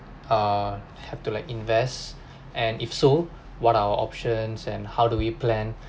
err have to like invest and if so what our options and how do we plan